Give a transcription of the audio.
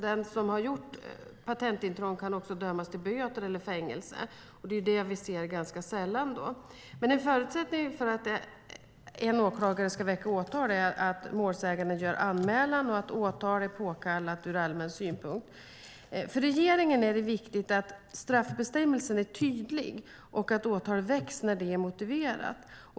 Den som har gjort patentintrång kan också dömas till böter eller fängelse, men det ser vi alltså ganska sällan. En förutsättning för att en åklagare ska väcka åtal är att målsäganden gör anmälan och att åtal är påkallat ur allmän synpunkt. För regeringen är det viktigt att straffbestämmelsen är tydlig och att åtal väcks när det är motiverat.